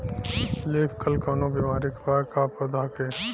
Leaf curl कौनो बीमारी बा का पौधा के?